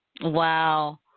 Wow